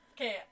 Okay